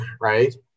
Right